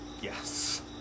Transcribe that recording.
Yes